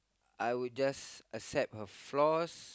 I would just accept her flaws